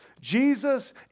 Jesus